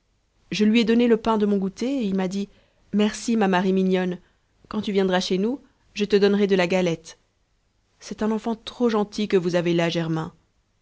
je lui ai donné le pain de mon goûter et il m'a dit merci ma marie mignonne quand tu viendras chez nous je te donnerai de la galette c'est un enfant trop gentil que vous avez là germain